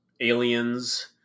aliens